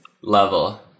level